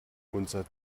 unser